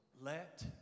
let